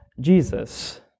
Jesus